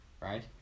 right